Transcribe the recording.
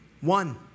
One